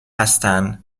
هستن